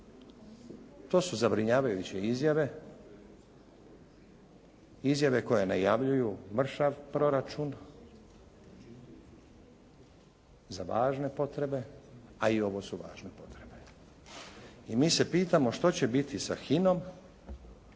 To su zabrinjavajuće izjave, izjave koje najavljuju mršav proračun za važne potrebe a i ovo su važne potrebe. I mi se pitamo što će biti sa HINA-om